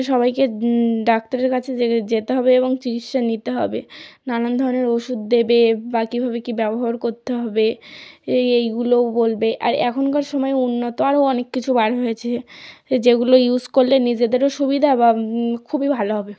সবাইকে ডাক্তারের কাছে যেতে হবে এবং চিকিৎসা নিতে হবে নানান ধরনের ওষুধ দেবে বা কীভাবে কী ব্যবহার করতে হবে এই এইগুলোও বলবে আর এখনকার সময় উন্নত আরও অনেক কিছু বার হয়েছে যেগুলো ইউজ করলে নিজেদেরও সুবিধা বা খুবই ভালো হবে